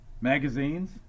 Magazines